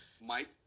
Mike